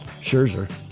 Scherzer